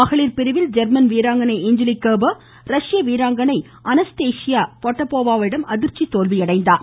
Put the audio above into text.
மகளிர் பிரிவில் ஜெர்மன் வீராங்கனை ஏஞ்ஜலிக் கெர்பர் ரஷ்ய வீராங்கனை அனஸ்தேஷியா பொட்டப்போவாவிடம் அதிர்ச்சி தோல்வியடைந்தார்